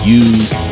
use